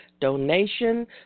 donation